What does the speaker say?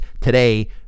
today